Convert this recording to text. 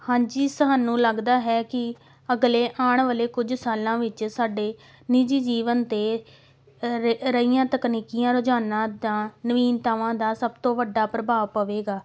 ਹਾਂਜੀ ਸਾਨੂੰ ਲੱਗਦਾ ਹੈ ਕਿ ਅਗਲੇ ਆਉਣ ਵਾਲੇ ਕੁਝ ਸਾਲਾਂ ਵਿੱਚ ਸਾਡੇ ਨਿਜੀ ਜੀਵਨ ਅਤੇ ਰ ਰਹੀਆਂ ਤਕਨੀਕੀਆਂ ਰੁਝਾਨਾਂ ਦਾ ਨਵੀਨਤਾਵਾਂ ਦਾ ਸਭ ਤੋਂ ਵੱਡਾ ਪ੍ਰਭਾਵ ਪਵੇਗਾ